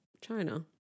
China